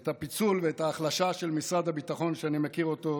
וגם פיצול והחלשה של משרד הביטחון, שאני מכיר אותו